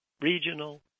regional